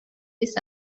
this